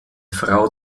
frau